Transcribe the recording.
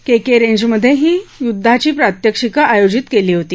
के K रेंजमध्ये ही युदधाची प्रात्यक्षिकं आयोजित केली होती